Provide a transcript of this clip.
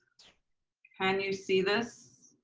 can you see this?